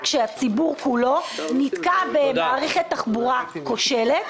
כשהציבור כולו נתקע במערכת תחבורה כושלת,